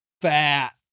fat